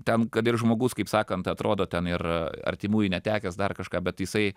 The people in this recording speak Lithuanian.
ten kad ir žmogus kaip sakant atrodo ten ir artimųjų netekęs dar kažką bet jisai